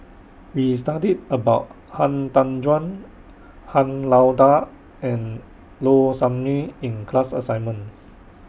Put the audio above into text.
We studied about Han Tan Juan Han Lao DA and Low Sanmay in The class assignment